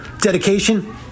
Dedication